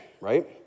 right